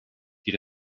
die